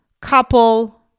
couple